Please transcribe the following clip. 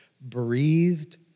breathed